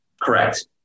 Correct